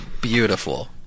beautiful